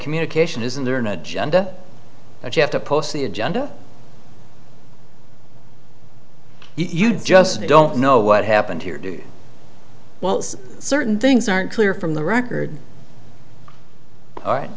communication isn't there an agenda that you have to post the agenda you just don't know what happened here do wells certain things aren't clear from the record